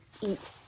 eat